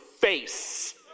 face